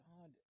God